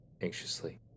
anxiously